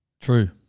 True